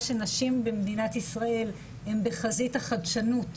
שנשים במדינת ישראל הן בחזית החדשנות,